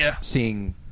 seeing